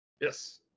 Yes